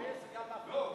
לא.